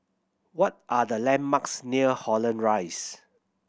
what are the landmarks near Holland Rise